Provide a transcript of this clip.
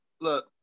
Look